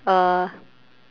uh